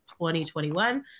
2021